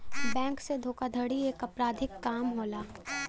bank से धोखाधड़ी एक अपराधिक काम होला